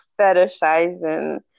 fetishizing